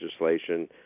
legislation